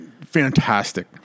fantastic